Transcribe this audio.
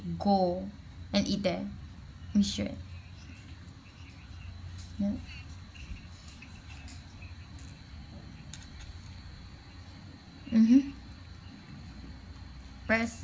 go and eat there mission ya mmhmm